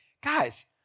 guys